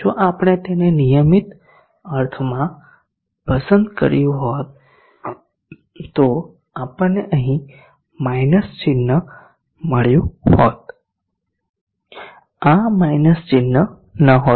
જો આપણે તેને નિયમિત અર્થમાં પસંદ કર્યું હોત તો આપણને અહીં માઈનસ ચિહ્ન મળ્યું હોત આ માઈનસ ચિહ્ન ન હોત